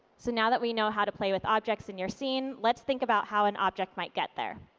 so now that we know how to play with objects in your scene, let's think about how an object might get there.